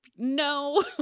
No